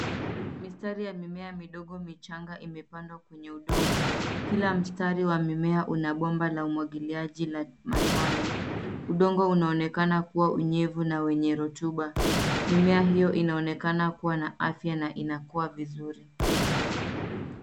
Mistari ya mimea midogo michanga imepandwa kwenye udongo. Kila mstari wa mimea una bomba la umwagiliaji matone. Udongo unaonekana kuwa unyevu na wenye rotuba. Mimea hiyo inaonekana kuwa na afya na inakua vizuri.